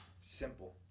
simple